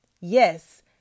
Yes